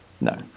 No